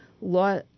law